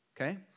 okay